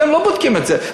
אתם לא בודקים את זה.